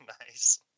Nice